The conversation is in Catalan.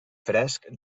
fresc